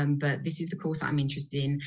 um but this is the course i'm interested in,